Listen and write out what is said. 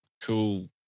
Cool